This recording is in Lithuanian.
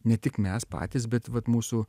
ne tik mes patys bet vat mūsų